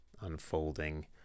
unfolding